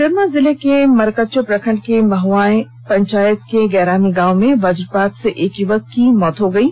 उधर कोडरमा जिले के मरकच्चो प्रखंड की महगांए पंचायत के गैरागी गांव में वज्रपात से एक युवक की भी मौत हो गई है